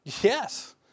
yes